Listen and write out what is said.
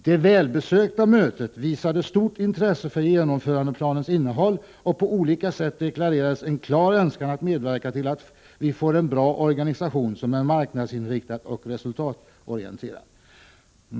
Det välbesökta mötet visade stort intresse för genomförandeplanens innehåll och på olika sätt deklarerades en klar önskan att medverka till att vi får en bra organisation som är marknadsinriktad och resultatorienterad.